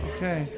Okay